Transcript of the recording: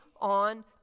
on